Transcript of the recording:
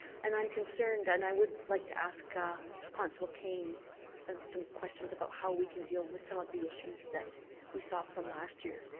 and i'm concerned, and i would like to ask ah constable kane um some questions how we can deal with some of the issues that we saw from last year.